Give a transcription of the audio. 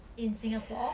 in singapore